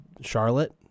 Charlotte